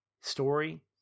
story